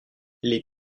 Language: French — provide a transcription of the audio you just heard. les